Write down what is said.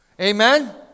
Amen